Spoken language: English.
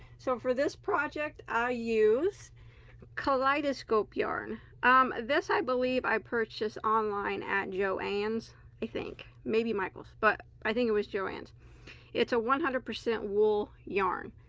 so for this project i ah used kaleidoscope yarn um this i believe i purchase online at joanne's i think maybe michaels but i think it was joanne's it's a one hundred percent wool yarn